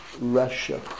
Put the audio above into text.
Russia